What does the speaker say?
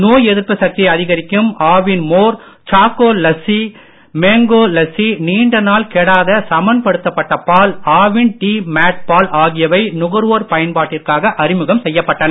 நோய் எதிர்ப்பு சக்தியை அதிகரிக்கும் ஆவின் மோர் சாக்கோ லசி மேங்கோ லசி நீண்ட நாள் கெடாத சமன்படுத்தப்பட்ட பால் ஆவின் டீ மேட் பால் ஆகியவை நுகர்வோர் பயன்பாட்டிற்காக அறிமுகம் செய்யப்பட்டன